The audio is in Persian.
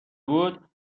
بود